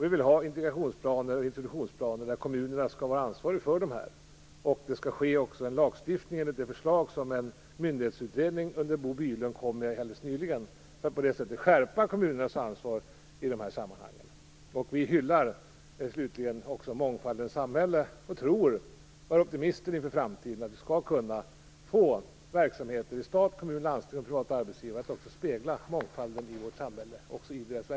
Vi vill ha integrations och introduktionsplaner som kommunerna skall vara ansvariga för. Det skall ske en lagstiftning enligt det förslag som en myndighetsutredning under Bo Bylund kom med alldeles nyligen, för att skärpa kommunernas ansvar i de här sammanhangen. Vi hyllar slutligen också mångfaldens samhälle och är optimister inför framtiden och tror att vi skall kunna få verksamheter i stat, kommun, landsting och privat arbetsliv att spegla mångfalden i vårt samhälle.